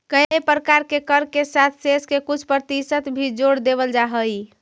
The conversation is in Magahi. कए प्रकार के कर के साथ सेस के कुछ परतिसत भी जोड़ देवल जा हई